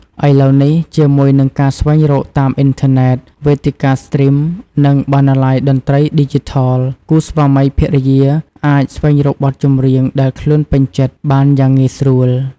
ឥឡូវនេះ ជាមួយនឹងការស្វែងរកតាមអ៊ីនធឺណេត វេទិកាស្ទ្រីម និងបណ្ណាល័យតន្ត្រីឌីជីថល គូស្វាមីភរិយាអាច ស្វែងរកបទចម្រៀងដែលខ្លួនពេញចិត្ត បានយ៉ាងងាយស្រួល។